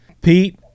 Pete